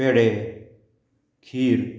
पेडे खीर